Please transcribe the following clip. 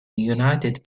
united